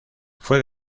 fue